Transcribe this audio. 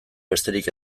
besterik